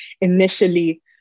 initially